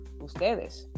ustedes